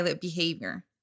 behavior